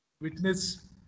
witness